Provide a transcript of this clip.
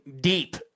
deep